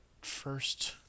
first